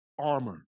armor